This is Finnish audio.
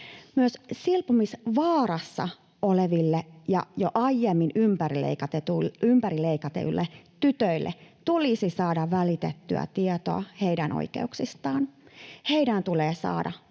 Myös silpomisvaarassa oleville ja jo aiemmin ympärileikatuille tytöille tulisi saada välitettyä tietoa heidän oikeuksistaan. Heidän tulee saada